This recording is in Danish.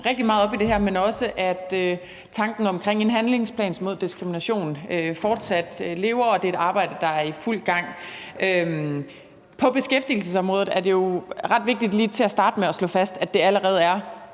rigtig meget op i det her, men også, at tanken omkring en handlingsplan mod diskrimination fortsat også lever, og at det er et arbejde, der er i fuld gang. På beskæftigelsesområdet er det jo ret vigtigt lige til at starte med at slå fast, at det allerede er